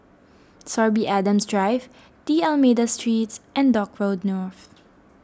Sorby Adams Drive D'Almeida Streets and Dock Road North